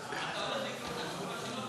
אתה הולך לקרוא את התשובה שלו,